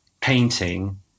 painting